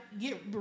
get